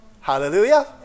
Hallelujah